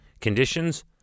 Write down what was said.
Conditions